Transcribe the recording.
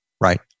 Right